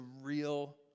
real